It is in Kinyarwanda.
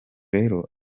rero